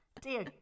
Dear